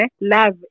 love